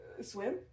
Swim